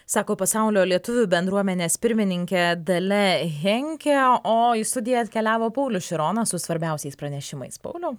sako pasaulio lietuvių bendruomenės pirmininkė dalia henkė o į studiją atkeliavo paulius šironas su svarbiausiais pranešimais pauliau